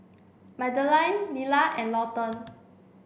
Madeleine Lilla and Lawton